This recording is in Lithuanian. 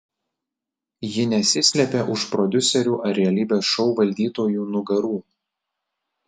ji nesislėpė už prodiuserių ar realybės šou valdytojų nugarų